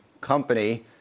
company